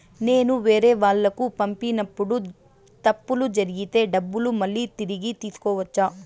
నేను వేరేవాళ్లకు పంపినప్పుడు తప్పులు జరిగితే డబ్బులు మళ్ళీ తిరిగి తీసుకోవచ్చా?